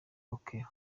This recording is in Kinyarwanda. okello